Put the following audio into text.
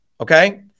okay